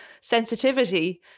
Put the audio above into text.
sensitivity